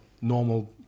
normal